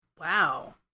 Wow